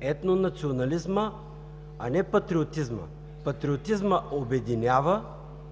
Етнонационализмът, а не патриотизма! Патриотизмът обединява.